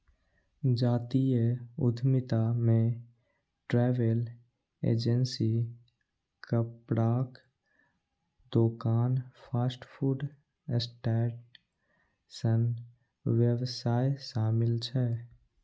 जातीय उद्यमिता मे ट्रैवल एजेंसी, कपड़ाक दोकान, फास्ट फूड स्टैंड सन व्यवसाय शामिल छै